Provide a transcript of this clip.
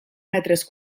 metres